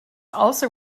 also